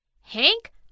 Hank